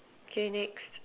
okay next